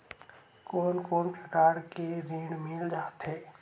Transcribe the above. कोन कोन प्रकार के ऋण मिल जाथे?